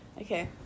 Okay